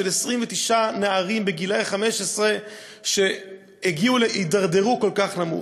של 29 נערים גילאי 17 שהידרדרו כל כך נמוך.